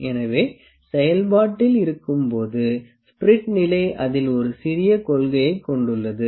எனவே செயல்பாட்டில் இருக்கும்போது ஸ்பிரிட் நிலை அதில் ஒரு சிறிய கொள்கையைக் கொண்டுள்ளது